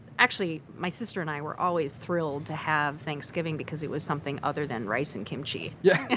actually, my sister and i were always thrilled to have thanksgiving because it was something other than rice and kimchi yeah yeah